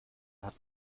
hat